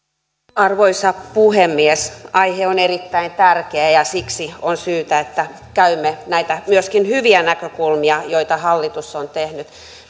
arvoisa puhemies aihe on erittäin tärkeä ja siksi on syytä että käymme näitä myöskin hyviä näkökulmia joita hallitus on tehnyt